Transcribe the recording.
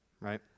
right